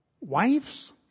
...wives